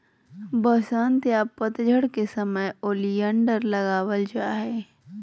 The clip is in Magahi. वसंत या पतझड़ के समय ओलियंडर लगावल जा हय